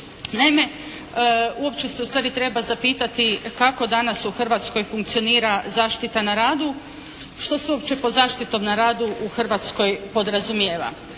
Naime, uopće se ustvari treba zapitati kako danas u Hrvatskoj funkcionira zaštita na radu, što se uopće pod zaštitom na radu u Hrvatskoj podrazumijeva?